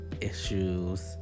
issues